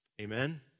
Amen